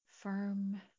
Firm